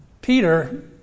Peter